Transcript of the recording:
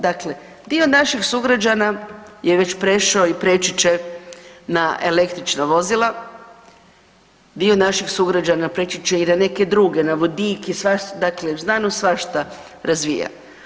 Dakle, dio naših sugrađana je već prešao i preći će na električna vozila, dio naših sugrađana preći će i na neke druge, na vodik i svašta, dakle znanost svašta razvija.